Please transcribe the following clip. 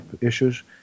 issues